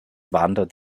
wandert